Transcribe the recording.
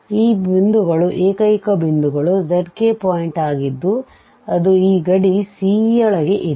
ಈ ಬಿಂದುಗಳು ಏಕೈಕ ಬಿಂದುಗಳು zk ಪಾಯಿಂಟ್ ಆಗಿದ್ದು ಅದು ಈ ಗಡಿ C ಯೊಳಗೆ ಇದೆ